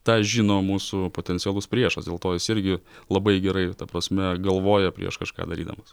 tą žino mūsų potencialus priešas dėl to jis irgi labai gerai ir ta prasme galvoja prieš kažką darydamas